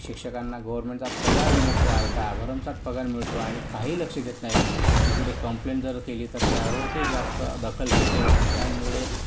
शिक्षकांना गव्हर्मेन्टचा पगार मिळतो आयता भरमसाट पगार मिळतो आणि काही लक्ष देत नाही त्यांची कुठे कंप्लेंट जर केली तर त्यावर काही जास्त दखल घेतली जात नाही त्यामुळे